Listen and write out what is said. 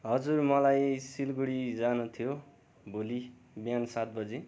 हजुर मलाई सिलगढी जानु थियो भोलि बिहान सात बजे